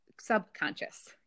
subconscious